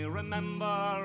remember